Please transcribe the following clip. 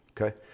okay